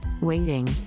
Waiting